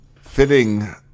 fitting